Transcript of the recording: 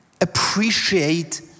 appreciate